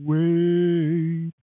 Wait